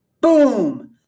Boom